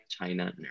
China